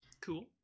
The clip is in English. cool